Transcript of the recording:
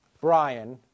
Brian